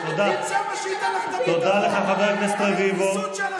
לכם, רבותיי.